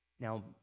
Now